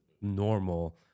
normal